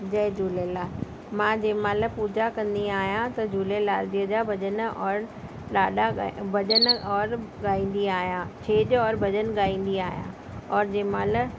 जय झूलेलाल मां जेमहिल पूॼा कंदी आहियां त झूलेलाल जी जा भॼन और लाॾा ॻाए भॼन और ॻाईंदी आहियां छेॼ और भॼन ॻाईंदी आहियां और जेमहिल